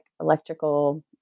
electrical